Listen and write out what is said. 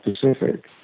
Pacific